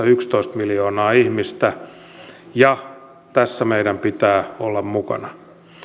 yksitoista miljoonaa ihmistä ja tässä meidän pitää olla mukana